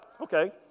Okay